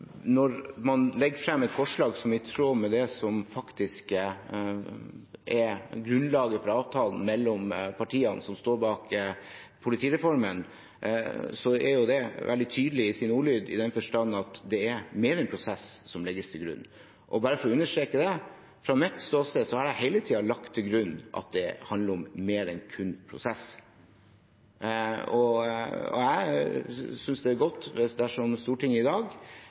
når man legger frem et forslag i tråd med det som faktisk er grunnlaget for avtalen mellom partiene som står bak politireformen, er det veldig tydelig i sin ordlyd, i den forstand at det er mer enn prosess som legges til grunn. Bare for å understreke det: Fra mitt ståsted har jeg hele tiden lagt til grunn at det handler om mer enn kun prosess. Jeg synes det er godt dersom Stortinget i dag